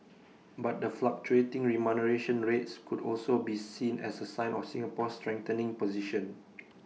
but the fluctuating remuneration rates could also be seen as A sign of Singapore's strengthening position